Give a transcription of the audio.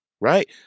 right